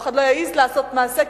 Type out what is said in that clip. אף אחד לא יעז לעשות מעשה,